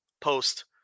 post